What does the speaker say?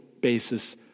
basis